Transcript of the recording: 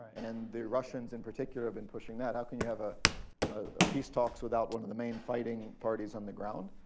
and the russians in particular have been pushing that. how can you have ah ah peace talks without one of the main fighting parties on the ground?